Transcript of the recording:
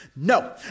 No